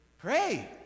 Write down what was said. pray